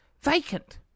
vacant